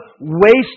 waste